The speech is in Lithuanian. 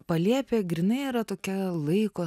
palėpė grynai yra tokia laiko